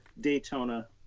Daytona